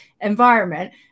environment